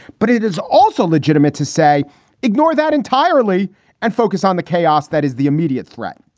but it is also legitimate to say ignore that entirely and focus on the chaos that is the immediate threat.